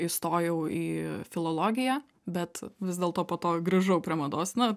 įstojau į filologiją bet vis dėlto po to grįžau prie mados nu